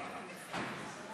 שיתוף פעולה אזורי.